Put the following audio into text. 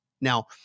Now